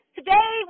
today